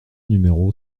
numéro